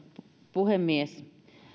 puhemies